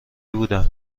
بودن